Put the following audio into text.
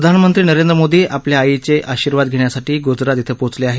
प्रधानमंत्री नरेंद्र मोदी आपल्या आईचे आशीर्वाद घेण्यासाठी गुजरात श्विं पोहोचले आहेत